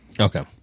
Okay